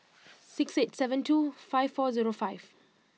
six eight seven two five four zero five